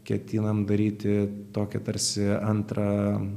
ketinam daryti tokį tarsi antrą